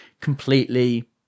completely